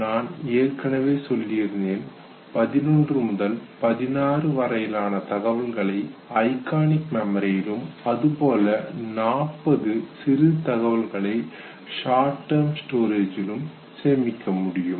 நான் ஏற்கனவே சொல்லியிருந்தேன் 11 முதல் 16 வரையிலான தகவல்களை ஐகானிக் மெமரியிலும் அதுபோல 40 சிறு தகவல்களை ஷார்ட் டெர்ம் ஸ்டோரேஜ் லும் சேமிக்க முடியும்